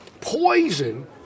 poison